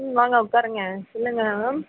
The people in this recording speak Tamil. ம் வாங்க உட்காருங்க சொல்லுங்கள் மேடம்